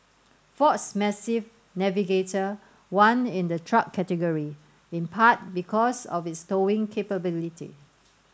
Ford's massive Navigator won in the truck category in part because of its towing capability